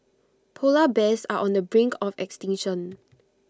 Polar Bears are on the brink of extinction